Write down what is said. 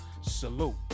Salute